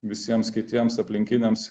visiems kitiems aplinkiniams